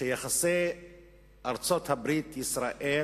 שיחסי ארצות-הברית ישראל